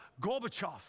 Gorbachev